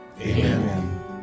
Amen